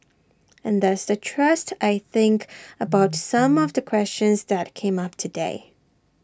and that's the thrust I think about some of the questions that came up today